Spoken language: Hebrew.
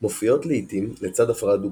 מופיעות לעיתים לצד הפרעה דו-קוטבית.